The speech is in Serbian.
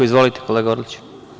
Izvolite, kolega Orliću.